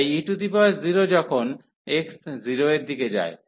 তাই e0 যখন x 0 এর দিকে যায়